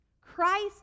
Christ